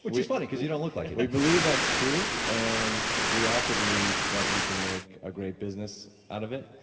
which is funny, because you don't look like it we believe that's true, and we also believe that you can make a great business out of it.